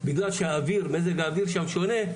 בגלל שמזג האוויר שם שונה,